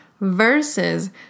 versus